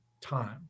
time